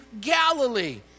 Galilee